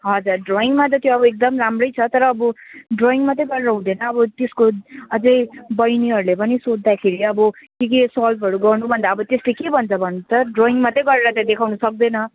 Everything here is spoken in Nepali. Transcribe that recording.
हजुर ड्रोइङमा त त्यो अब एकदम राम्रै छ तर अब ड्रोइङ मात्रै गरेर हुँदैन अब त्यसको अझै बहिनीहरूले पनि सोद्धाखेरि अब के के सल्भहरू गर्नु भन्दा अब त्यसले के भन्छ भन्नुहोस् त ड्रोइङ मात्रै गरेर त देखाउनु सक्दैन